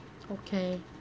okay